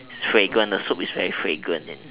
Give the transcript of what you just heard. fragrant the soup is very fragrant